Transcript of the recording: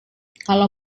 kalau